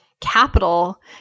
capital